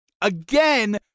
again